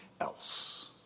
else